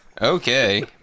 Okay